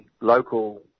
local